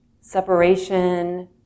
separation